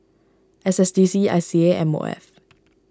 S S D C I C A and M O F